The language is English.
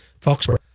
Foxborough